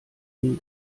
nie